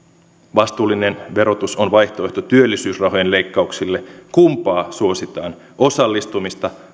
vastuullinen verotus on vaihtoehto työllisyysrahojen leikkauksille kumpaa suositaan osallistumista